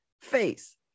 face